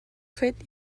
fet